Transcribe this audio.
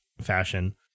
fashion